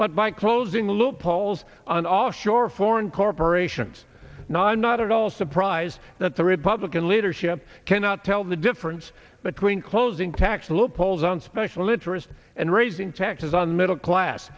but by closing loopholes on offshore foreign corporations no i'm not at all surprised that the republican leadership cannot tell the difference between closing tax loopholes on special interests and raising taxes on middle class